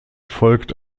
folgt